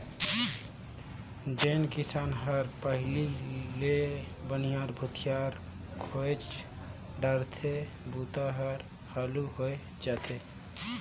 जेन किसान हर पहिले ले बनिहार भूथियार खोएज डारथे बूता हर हालू होवय जाथे